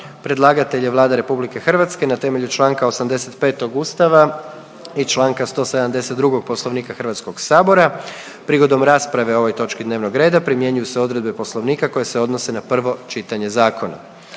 Predlagatelj je Vlada Republike Hrvatske na temelju čl. 85. Ustava i čl. 172. Poslovnika Hrvatskog sabora. Prigodom rasprave o ovoj točki dnevnog primjenjuju se odredbe Poslovnika koje se odnose na prvo čitanje zakona.